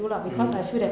mm